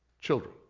Children